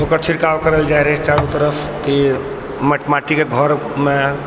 ओकर छिड़काव करल जाइ रहै चारू तरफ फिर माटिके घरमे